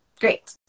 great